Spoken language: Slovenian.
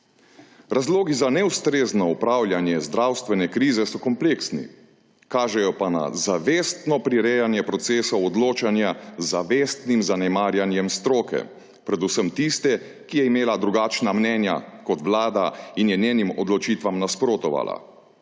Razlogi za neustrezno upravljanje zdravstvene krize so kompleksni, kažejo pa na zavestno prirejanje procesov odločanja z zavestnim zanemarjanjem stroke, predvsem tiste, ki je imela drugačna mnenja kot vlada in je njenim odločitvam nasprotovala.